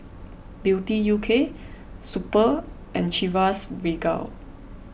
Beauty U K Super and Chivas Regal